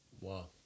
Wow